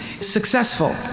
successful